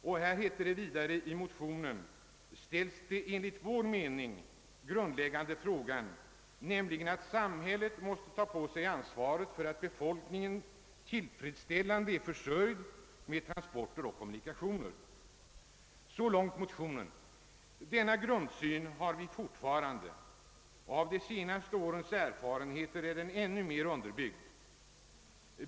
I motionen hette det vidare att den enligt vår mening grundläggande frågan är att samhället måste ta på sig ansvaret för att befolkningen är tillfredsställande försörjd när det gäller transporter och kommunikationer. Så långt motionen. Denna grundsyn har vi fortfarande, och den har underbyggts ännu mer av de senaste årens erfarenheter.